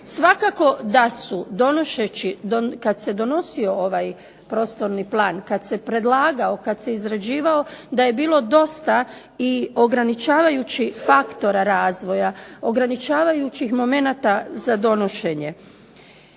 Svakako da su kad se donosio ovaj prostorni plan, kad se predlagao, kad se izrađivao da je bilo dosta i ograničavajućih faktora razvoja, ograničavajućih momenata za donošenje.